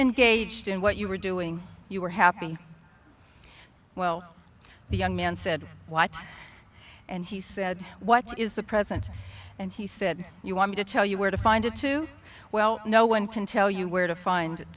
engaged in what you were doing you were happy well the young man said what and he said what is the present and he said you want me to tell you where to find it too well no one can tell you where to find